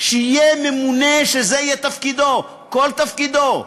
שיהיה ממונה שזה יהיה תפקידו, כל תפקידו.